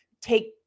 take